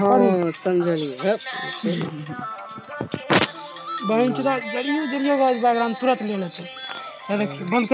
मगरमच्छ के खेती के पर्यावरण पर कम से कम प्रतिकूल प्रभाव पड़य हइ